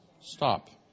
Stop